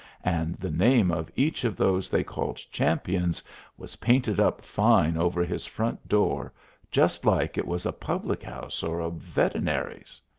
and the name of each of those they called champions was painted up fine over his front door just like it was a public house or a veterinary's.